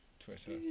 Twitter